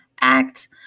Act